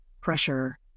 pressure